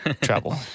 travel